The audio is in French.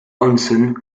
hansen